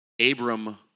Abram